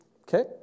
Okay